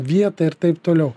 vietą ir taip toliau